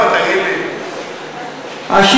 מר ליצמן, איפה הקופה?